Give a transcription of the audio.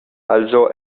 also